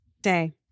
Day